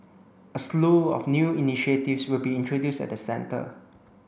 a slew of new initiatives will be introduced at the centre